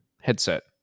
headset